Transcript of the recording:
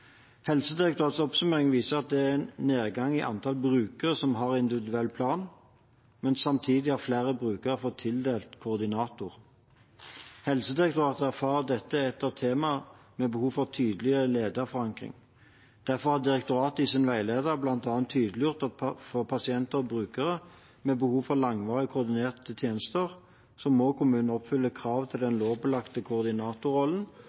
Helsedirektoratets oppsummering viser at det er en nedgang i antall brukere som har individuell plan, men samtidig har flere brukere fått tildelt koordinator. Helsedirektoratet erfarer at dette er et tema med behov for tydeligere lederforankring. Derfor har direktoratet i sine veiledere bl.a. tydeliggjort at for pasienter og brukere «med behov for langvarige og koordinerte tjenester» må kommunene oppfylle krav til den lovpålagte koordinatorrollen